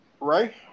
Right